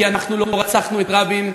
כי אנחנו לא רצחנו את רבין,